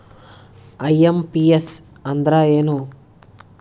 IMPS ಅಂದ್ರ ಏನು?